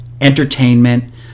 entertainment